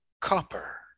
copper